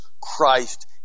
Christ